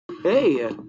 Hey